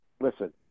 listen